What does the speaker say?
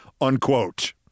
unquote